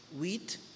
wheat